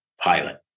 pilot